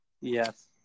Yes